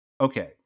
Okay